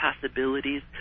possibilities